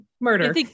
murder